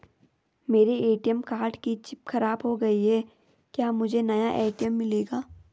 मेरे ATM card की chip खराब हो गयी है क्या मुझे नया ए.टी.एम मिलेगा?